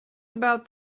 about